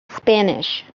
spanish